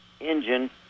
engine